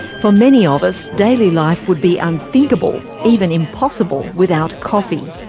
for many of us, daily life would be unthinkable, even impossible, without coffee.